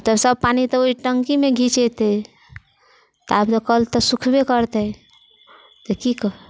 सब पानि तऽ ओइ टङ्कीमे खीचेतै तऽ आब तऽ कल तऽ सूखबे करतै तऽ की कहु